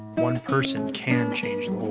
one person can change